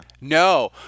No